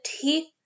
teeth